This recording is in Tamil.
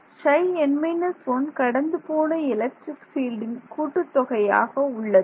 Ψn−1 கடந்து போன எலெக்ட்ரிக் ஃபீல்டில் கூட்டுத் தொகையாக உள்ளது